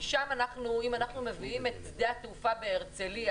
אם אנחנו מביאים את שדה התעופה בהרצליה